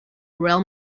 realm